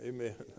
Amen